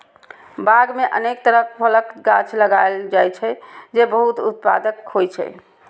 बाग मे अनेक तरहक फलक गाछ लगाएल जाइ छै, जे बहुत उत्पादक होइ छै